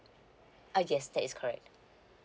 uh yes that is correct